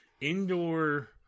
indoor